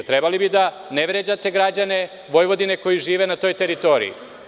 Trebali bi da ne vređate građane Vojvodine koji žive na toj teritoriji.